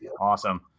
Awesome